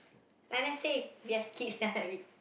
like let's say we have kids then after that we